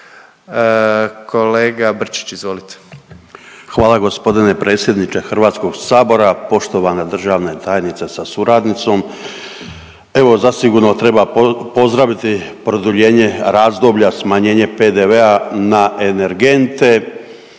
**Brčić, Luka (HDZ)** Hvala gospodine predsjedniče Hrvatskog sabora. Poštovana državna tajnice sa suradnicom, evo zasigurno treba pozdraviti produljenje razdoblja smanjenje PDV-a na energente